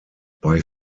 bei